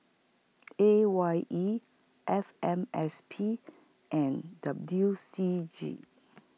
A Y E F M S P and W C G